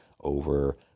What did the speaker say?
over